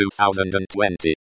2020